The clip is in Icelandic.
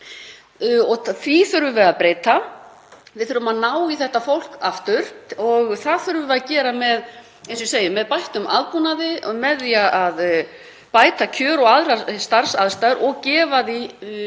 því þurfum við að breyta. Við þurfum að ná í þetta fólk aftur og það þurfum við að gera með bættum aðbúnaði og með því að bæta kjör og aðrar starfsaðstæður og gefa